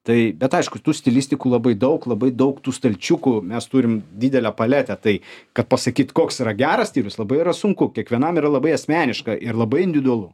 tai bet aišku tu stilistikų labai daug labai daug tų stalčiukų mes turim didelę paletę tai kad pasakyt koks yra geras stilius labai yra sunku kiekvienam yra labai asmeniška ir labai individualu